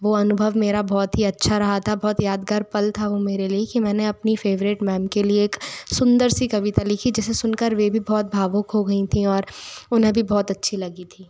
वह अनुभव मेरा बहुत ही अच्छा रहा था बहुत ही यादगार पल था वह मेरे लिए कि मैंने अपनी फ़ेवरेट मैम के लिए एक सुंदर सी कविता लिखी जिसे सुन कर वे भी बहुत भावुक हो गई थी और उन्हें भी बहुत अच्छी लगी थी